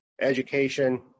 Education